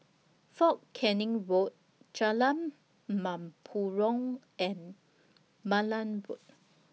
Fort Canning Road Jalan Mempurong and Malan Road